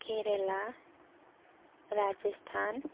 Kerala Rajasthan